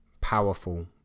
powerful